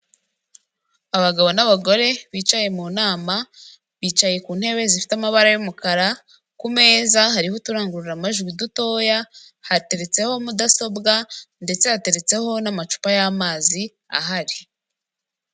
Abagabo n'abagore bicaye mu nama bicaye ku ntebe zifite amabara y'umukara. Ku meza hariho uturangururamajwi dutoya, hateretseho mudasobwa, ndetse hateretseho n'amacupa y'amazi ahari.